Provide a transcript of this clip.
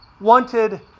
wanted